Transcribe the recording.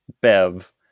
Bev